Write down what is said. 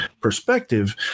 perspective